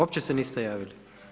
Opće se niste javili?